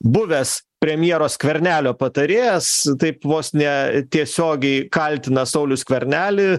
buvęs premjero skvernelio patarėjas taip vos ne tiesiogiai kaltina saulių skvernelį